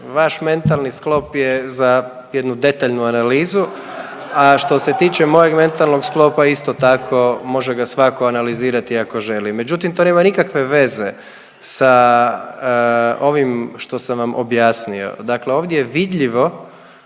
vaš mentalni sklop je za jednu detaljnu analizu, a što se tiče mojeg mentalnog sklopa isto tako može ga svako analizirati ako želi, međutim to nema nikakve veze sa ovim što sam vam objasnio. Dakle, ovdje je vidljivo